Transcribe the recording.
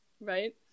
right